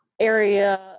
area